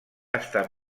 estar